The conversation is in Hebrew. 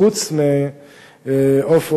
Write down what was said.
חוץ מ"עוף עוז",